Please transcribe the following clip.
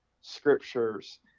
scriptures